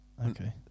Okay